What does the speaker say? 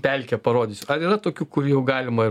pelkę parodysiu ar yra tokių kur jau galima